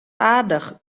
aardich